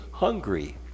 Hungry